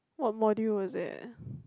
what module was it